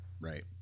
right